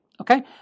okay